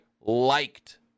liked